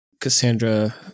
Cassandra